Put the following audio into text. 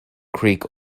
creek